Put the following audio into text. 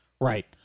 Right